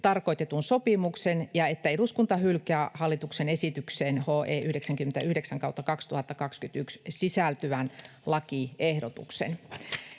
tarkoitetun sopimuksen ja että eduskunta hylkää hallituksen esitykseen HE 99/2021 vp sisältyvän lakiehdotuksen.